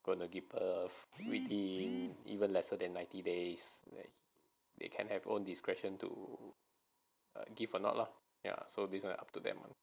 going to give birth within even lesser than ninety days that they can have own discretion to give or not lah ya so this one up to them